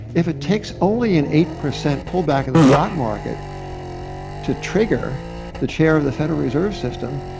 if it takes only an eight percent pullback in the stock market to trigger the chair of the federal reserve system,